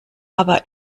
aber